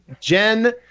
jen